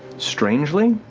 strangely,